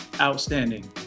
Outstanding